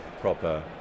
proper